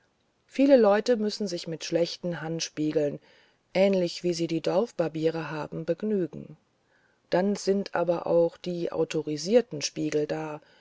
viele leute müssen sich mit schlechten handspiegeln ähnlich wie sie die dorfbarbiere haben begnügen dann sind aber auch die autorisierten spiegel da